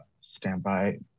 Standby